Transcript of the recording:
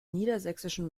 niedersächsischen